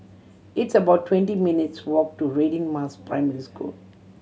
it's about twenty minutes' walk to Radin Mas Primary School